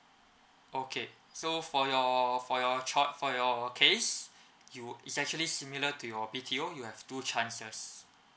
okay so for your for your cho~ for your case you it's actually similar to your B_T_O you have two chances